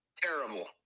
terrible